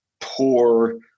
poor